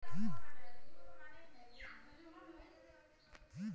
পকা মাকড় থ্যাইকে যে ছব রেশম গুলা পাউয়া যায়